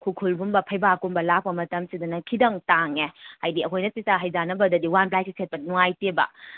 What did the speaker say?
ꯈꯨꯈ꯭ꯔꯨꯜꯒꯨꯝꯕ ꯐꯩꯕꯥꯛꯀꯨꯝꯕ ꯂꯥꯛꯄ ꯃꯇꯝꯁꯤꯗꯅ ꯈꯤꯇꯪ ꯇꯥꯡꯉꯦ ꯍꯥꯏꯗꯤ ꯑꯩꯈꯣꯏꯅ ꯆꯥꯛꯆꯥ ꯍꯩꯖꯥꯅꯕꯗꯗꯤ ꯋꯥꯟ ꯄ꯭ꯂꯥꯏꯁꯤ ꯁꯦꯠꯄ ꯅꯨꯡꯉꯥꯏꯇꯦꯕ